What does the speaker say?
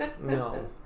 no